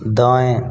दाएँ